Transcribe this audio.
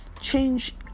change